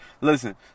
listen